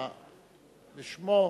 זה שמו.